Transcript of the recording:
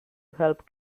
help